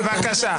בבקשה.